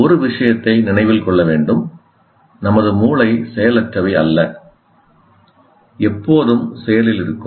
ஒரு விஷயத்தை நினைவில் கொள்ள வேண்டும் நமது மூளை செயலற்றவை அல்ல எப்போதும் செயலில் இருக்கும்